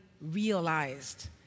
realized